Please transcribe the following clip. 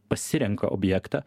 pasirenka objektą